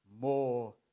more